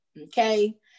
Okay